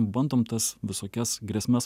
bandom tas visokias grėsmes